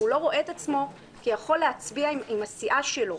והוא לא רואה את עצמו כיכול להצביע עם הסיעה שלו